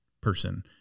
person